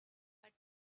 but